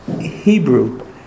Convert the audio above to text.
Hebrew